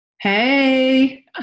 Hey